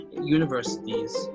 universities